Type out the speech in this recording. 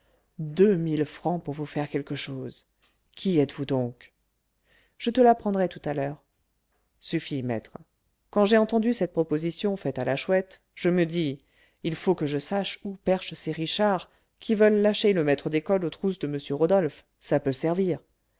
mille francs pour vous faire quelque chose qui êtes-vous donc je te l'apprendrai tout à l'heure suffit maître quand j'ai entendu cette proposition faite à la chouette je me dis il faut que je sache où perchent ces richards qui veulent lâcher le maître d'école aux trousses de m rodolphe ça peut servir